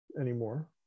anymore